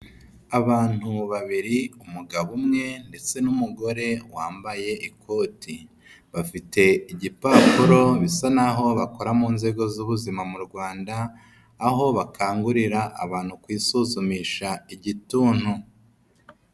Abantu babiri umugabo umwe ndetse n'umugore wambaye ikoti, bafite igipapuro bisa n'aho bakora mu nzego z'ubuzima mu Rwanda, aho bakangurira abantu kwisuzumisha Igituntu.